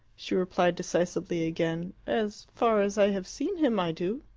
she replied decisively again, as far as i have seen him, i do.